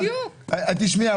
תשמעי,